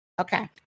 okay